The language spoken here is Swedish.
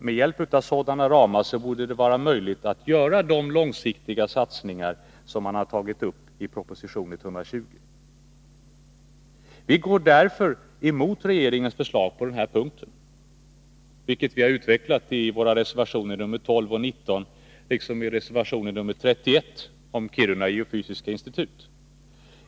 Med hjälp av sådana ramar borde det vara möjligt att göra de långsiktiga satsningar som man har tagit upp i proposition 120. Vi går därför emot regeringens förslag på den här punkten, vilket vi har utvecklat i våra reservationer nr 12 och 19 liksom i reservation nr 31 om Kiruna geofysiska institut.